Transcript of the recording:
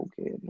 okay